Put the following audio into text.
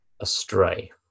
astray